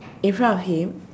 in front of him